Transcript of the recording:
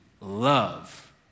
love